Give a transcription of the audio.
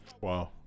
Wow